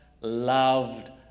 loved